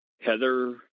Heather